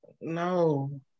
no